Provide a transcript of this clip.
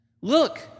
Look